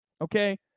Okay